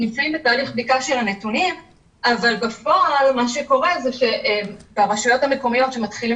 של הנתונים אבל בפועל מה שקורה זה שהרשויות המקומיות שמתחילות